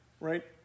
right